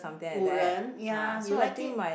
五仁 ya you like it